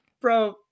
bro